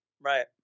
Right